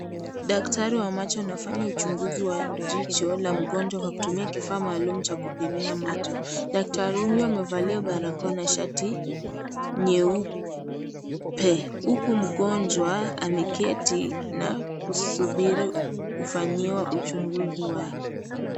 Daktari wa macho anafanya uchunguzi wa jicho la mgonjwa kwa kutumia kifaa maalum cha kupimia macho. Daktari huyu amevalia barakoa na shati nyeupe huku mgonjwa ameketi na kusubiri kufanyiwa uchunguzi wake.